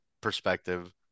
perspective